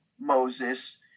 Moses